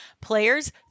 Players